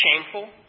shameful